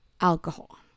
alcohol